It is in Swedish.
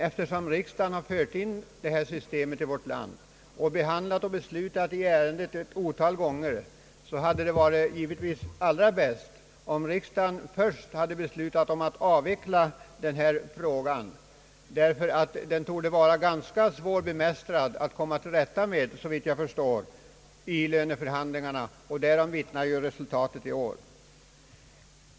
Eftersom riksdagen Mar fört in detta system i vårt land och beslutat i ärendet ett otal gånger, hade det dock varit allra bäst om riksdagen först hade löst denna fråga och avskaffat dyrortsgrupperingen. Den torde såvitt jag förstår vara ganska svår att komma till rätta med i löneförhandlingarna. Därom vittnar ju resultatet i år.